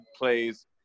plays